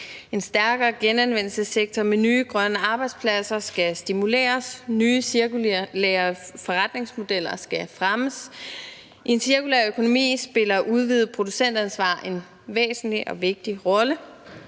En stærkere genanvendelsessektor med nye grønne arbejdspladser skal stimuleres, nye cirkulære forretningsmodeller skal fremmes. I en cirkulær økonomi spiller udvidet producentansvar en væsentlig og vigtig rolle.